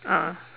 ah